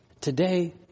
today